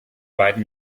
beiden